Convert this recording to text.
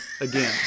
again